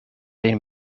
een